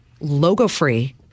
logo-free